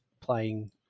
playing